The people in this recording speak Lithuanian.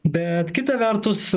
bet kita vertus